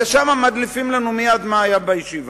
ושם מדליפים לנו מייד מה היה בישיבה.